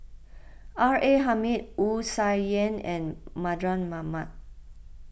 R A Hamid Wu Tsai Yen and Mardan Mamat